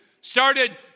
started